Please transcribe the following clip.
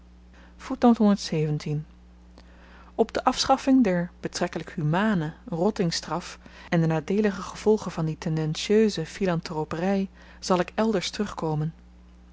op de afschaffing der betrekkelyk humane rottingstraf en de nadeelige gevolgen van die tendentieuze filantropery zal ik elders terugkomen